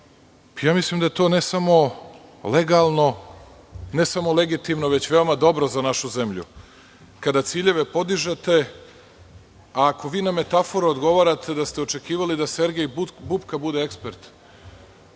bude. Mislim da je to ne samo legalno, ne samo legitimno već veoma dobro za našu zemlju, kada ciljeve podižete. Ako vi na metafore odgovarate da ste očekivali da Sergej Bubpka bude ekspert,